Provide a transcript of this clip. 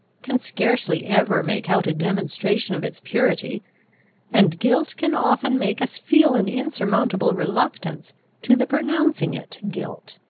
can scarcely ever make out a demonstration of its purity and guilt can often make us feel an insurmountable reluctance to the pronouncing it guilt.